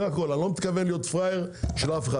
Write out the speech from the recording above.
אני לא מתכוון להיות פראייר של אף אחד,